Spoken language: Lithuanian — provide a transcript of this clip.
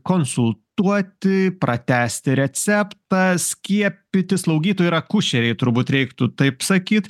konsultuoti pratęsti receptą skiepyti slaugytojai ir akušeriai turbūt reiktų taip sakyt